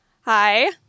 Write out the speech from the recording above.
Hi